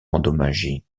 endommagées